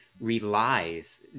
relies